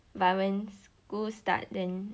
but when school start start then